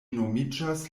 nomiĝas